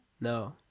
No